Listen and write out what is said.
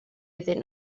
iddyn